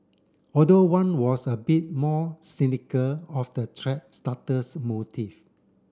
although one was a bit more cynical of the thread starter's motive